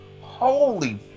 Holy